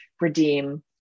redeem